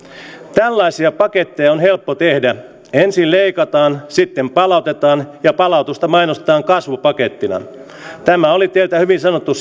tällaisia paketteja on helppo tehdä ensin leikataan sitten palautetaan ja palautusta mainostetaan kasvupakettina tämä oli teiltä silloin hyvin sanottu